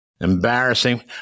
Embarrassing